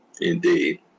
Indeed